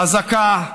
חזקה,